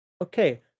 Okay